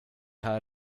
här